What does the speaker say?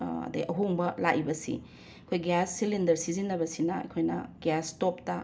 ꯑꯗꯩ ꯑꯍꯣꯡꯕ ꯂꯥꯛꯏꯕꯁꯤ ꯑꯩꯈꯣꯏ ꯒ꯭ꯌꯥꯁ ꯁꯤꯂꯤꯟꯗꯔ ꯁꯤꯖꯤꯟꯅꯕꯁꯤꯅ ꯑꯩꯈꯣꯏꯅ ꯒ꯭ꯌꯥꯁ ꯁ꯭ꯇꯣꯞꯇ